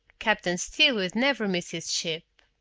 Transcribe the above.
captain steele would never miss his ship!